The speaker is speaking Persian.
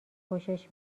خوشش